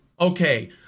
okay